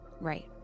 Right